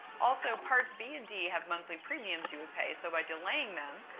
also, parts b and d have monthly premiums you would pay. so by delaying them,